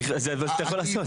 את זה אתה יכול לעשות.